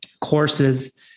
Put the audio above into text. courses